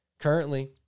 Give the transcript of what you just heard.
Currently